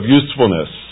usefulness